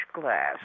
glass